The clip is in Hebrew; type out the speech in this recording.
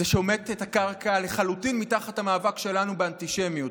זה שומט את הקרקע לחלוטין מתחת למאבק שלנו באנטישמיות.